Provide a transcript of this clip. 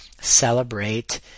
celebrate